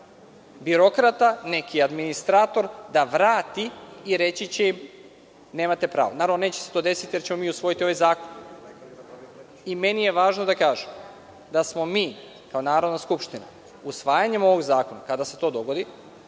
birokrata, neki administrator da vrati i reći će im – nemate pravo. Naravno, neće se to desiti jer ćemo mi usvojiti ovaj zakon. Meni je važno da kažem da smo mi kao Narodna skupština usvajanjem ovog zakona, kada se to dogodi,